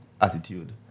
attitude